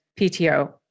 PTO